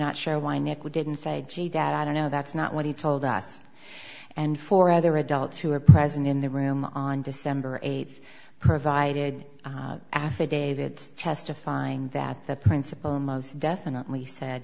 not sure why nick we didn't say dad i don't know that's not what he told us and for other adults who were present in the room on december eighth provided affidavits testifying that the principal most definitely said